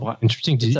Interesting